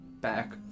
back